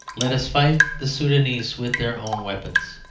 let us fight the soudanese with their own weapons.